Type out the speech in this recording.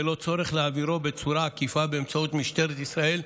בלא צורך להעבירו בצורה עקיפה באמצעות משטרת ישראל,